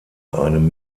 einem